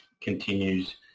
continues